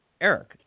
Eric